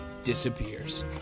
disappears